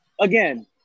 again